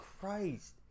Christ